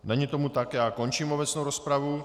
Není tomu tak, končím obecnou rozpravu.